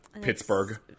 Pittsburgh